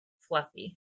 fluffy